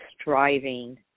striving